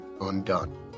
undone